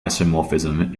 isomorphism